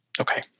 Okay